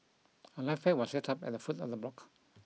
a life pack was set up at the foot of the block